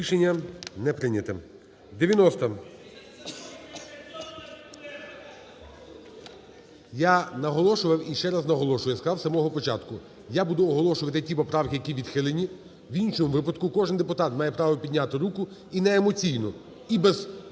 Рішення не прийнято. 90-а. Я наголошував і ще раз наголошую, я сказав з самого початку, я буду оголошувати ті поправки, які відхилені. В іншому випадку кожен депутат має право підняти руку і неемоційно, і без крику